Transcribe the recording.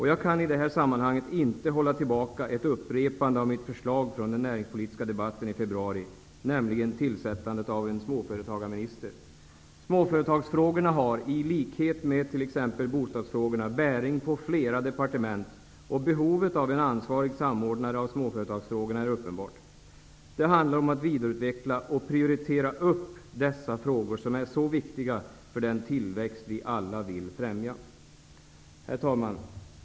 Jag kan i detta sammanhang inte hålla tillbaka ett upprepande av mitt förslag från den näringspolitiska debatten i februari, nämligen tillsättandet av en småföretagarminister. Småföretagsfrågorna har, i likhet med t.ex. bostadsfrågorna, bäring på flera departement, och behovet av en ansvarig samordnare av småföretagsfrågorna är uppenbart. Det handlar om att vidareutveckla och prioritera dessa frågor som är så viktiga för den tillväxt vi alla vill främja. Herr talman!